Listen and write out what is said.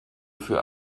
für